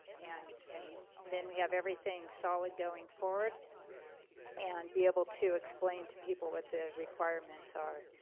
and and then we have everything solid going forward and be able to explain to people what the requirements are.